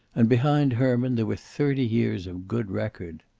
and behind herman there were thirty years of good record.